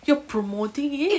you're promoting it